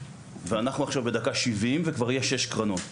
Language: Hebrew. ואנחנו עכשיו בדקה ה-70 ויש כבר שש קרנות,